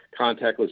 Contactless